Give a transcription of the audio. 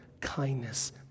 kindness